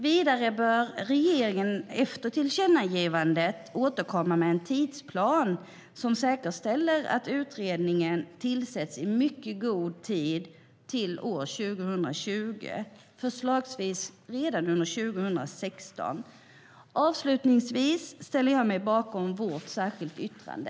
Vidare bör regeringen efter tillkännagivandet återkomma med en tidsplan som säkerställer att utredningen tillsätts i mycket god tid före år 2020, förslagsvis redan under 2016. Avslutningsvis ställer jag mig bakom vårt särskilda yttrande.